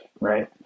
Right